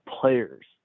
players